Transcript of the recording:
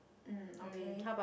um okay